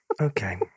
okay